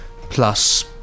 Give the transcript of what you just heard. plus